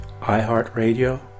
iHeartRadio